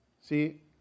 See